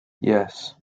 yes